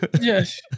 Yes